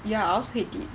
ya I also hate it